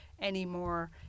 anymore